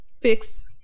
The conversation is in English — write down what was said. fix